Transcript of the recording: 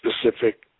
specific